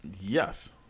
Yes